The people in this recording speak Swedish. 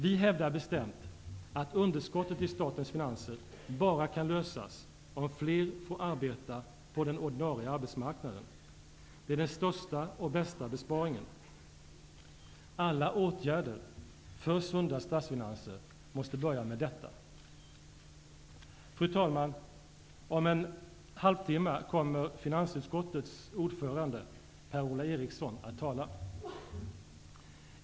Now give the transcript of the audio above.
Vi hävdar bestämt att underskottet i statens finanser bara kan lösas om fler får arbeta på den ordinarie arbetsmarknaden. Det är den största och bästa besparingen. Alla åtgärder för sunda statsfinanser måste börja med detta. Fru talman! Om en halvtimme kommer finansutskottets ordförande, Per-Ola Eriksson, att tala.